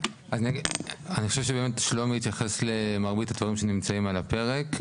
אני חושב ששלומי התייחס למרבית הדברים שנמצאים על הפרק.